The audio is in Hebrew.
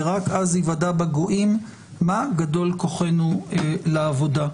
ורק אז ייוודע בגויים מה גדול כוחנו לעבודה."